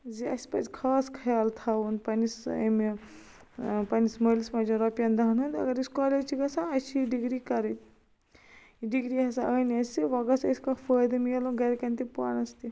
زِ أسۍ پٔزِ خاص خیال تھاوُن پنٕنس امہِ پنٕنِس مٲلس ماجہِ روپین دہن ہنٛد اگر أسۍ کالیج چھِ گژھان اسہِ چھِ یہ ڈگری کرِن ڈِگری ہسا ان اسہِ ون گوژھہ اسہِ کانٛہہ فٲیدِ میلُن گرکین تہِ پانس تہِ یہ چھُ واریاہ اکھ اصل چِیز یُس کالجن پران ڈِگری چھُ انان